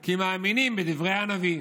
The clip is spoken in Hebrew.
כי הם מאמינים בדברי הנביא.